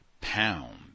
pound